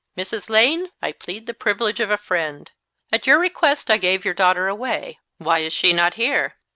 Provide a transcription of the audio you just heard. mrs. lane, i plead the privilege of a friend at your request i gave your daughter away. why is she not here?